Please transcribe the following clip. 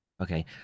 okay